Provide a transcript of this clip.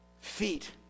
feet